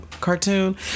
cartoon